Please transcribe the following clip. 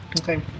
Okay